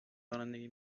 رانندگی